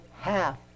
half